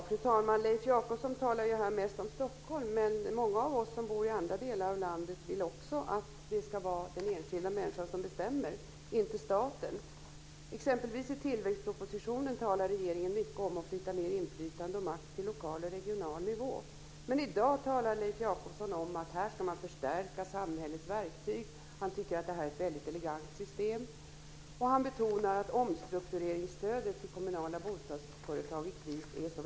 Fru talman! Leif Jakobsson talar här mest om Stockholm, men många av oss som bor i andra delar av landet vill att det ska vara den enskilda människan som bestämmer, inte staten. I t.ex. tillväxtpropositionen talar regeringen mycket om att flytta ned inflytande och makt till lokal och regional nivå. Men i dag talar Leif Jakobsson om att här ska man stärka samhällets verktyg. Han tycker att det här är ett väldigt elegant system, och han betonar att omstruktureringsstödet till kommunala bostadsföretag i kris är så väldigt bra.